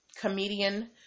comedian